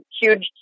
huge